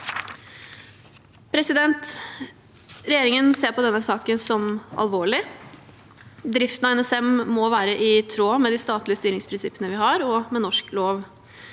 kr. Regjeringen ser på denne saken som alvorlig. Driften av NSM må være i tråd med de statlige styringsprinsippene vi har, og med norsk lov.